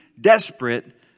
desperate